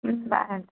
bye